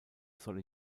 soll